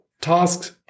tasks